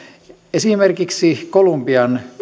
esimerkiksi kolumbian